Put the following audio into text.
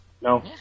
No